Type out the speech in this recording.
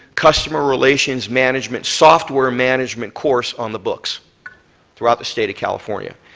customer relations management, software management course on the books throughout the state of california.